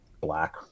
black